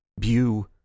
Bew